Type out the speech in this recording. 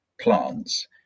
plants